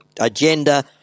agenda –